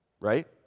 right